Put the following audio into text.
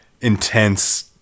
intense